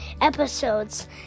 episodes